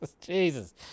Jesus